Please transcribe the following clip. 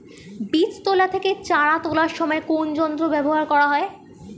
বীজ তোলা থেকে চারা তোলার সময় কোন যন্ত্র ব্যবহার করা হয়?